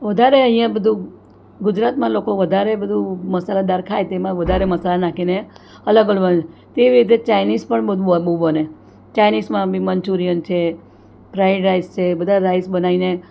વધારે અહીંયાં બધું ગુજરાતમાં લોકો વધારે બધું મસાલાદાર ખાય તેમાં વધારે મસાલા નાખીને અલગ અલગ બને તેવી રીતે ચાઇનીઝ પણ બધું વાર બહુ બને ચાઇનીઝમાં બી મંચુરિયન છે ફ્રાઇડ રાઈસ છે બધા રાઈસ બનાવીને